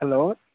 hello